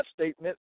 statement